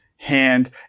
Hand